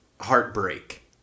heartbreak